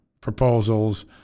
proposals